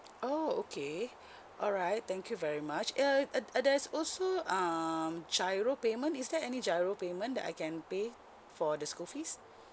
oh okay alright thank you very much uh uh uh there's also um giro payment is there any giro payment that I can pay for the school fees